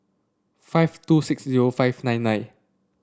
five two six zero five nine nine